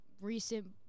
recent